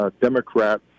Democrat